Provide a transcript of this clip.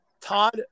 Todd